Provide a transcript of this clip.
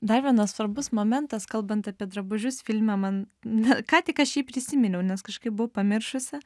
dar vienas svarbus momentas kalbant apie drabužius filme man ką tik aš jį prisiminiau nes kažkaip buvau pamiršusi